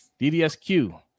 DDSQ